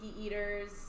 eaters